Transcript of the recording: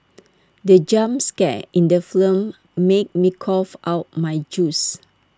the jump scare in the flow made me cough out my juice